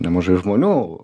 nemažai žmonių